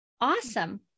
awesome